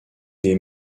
des